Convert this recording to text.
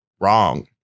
Wrong